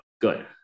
Good